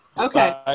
Okay